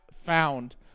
found